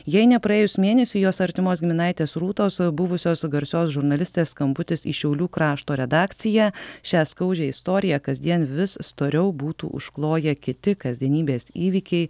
jai nepraėjus mėnesiui jos artimos giminaitės rūtos buvusios garsios žurnalistės skambutis į šiaulių krašto redakciją šią skaudžią istoriją kasdien vis storiau būtų užkloję kiti kasdienybės įvykiai